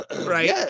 right